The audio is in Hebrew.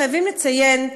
חייבים לציין,